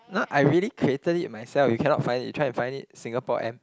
not I really created it myself you cannot find it you try and find it Singapore M